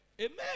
Amen